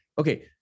Okay